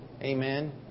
Amen